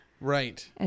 Right